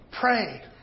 pray